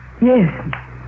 Yes